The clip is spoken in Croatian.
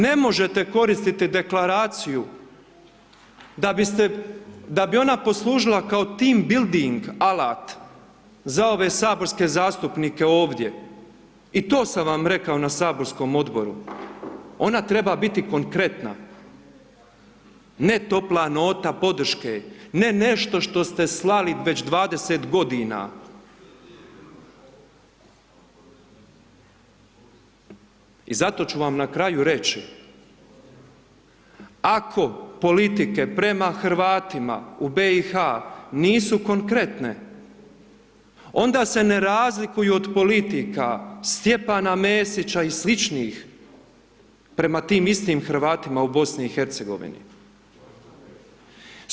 Ne možete koristiti deklaraciju da bi ona poslužila kao team building za ove saborske zastupnike ovdje i to sam vam rekao na saborskom odboru, ona treba biti konkretna, ne topla nota podrške, ne nešto što ste slali već 20 g. I zato ću vam na kraju reći ako politike prema Hrvatima u BiH-u nisu konkretne, onda se ne razlikuju od politika Stjepana Mesića i sličnih prema tim istim Hrvatima u BiH-u.